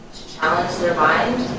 challenge their mind.